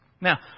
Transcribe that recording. Now